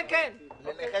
אני רוצה